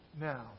now